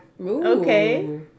Okay